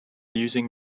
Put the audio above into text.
using